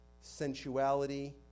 sensuality